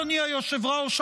אדוני היושב-ראש,